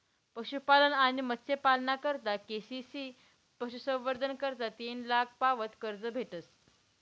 पशुपालन आणि मत्स्यपालना करता के.सी.सी पशुसंवर्धन करता तीन लाख पावत कर्ज भेटस